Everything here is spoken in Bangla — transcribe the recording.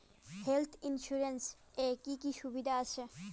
হেলথ ইন্সুরেন্স এ কি কি সুবিধা আছে?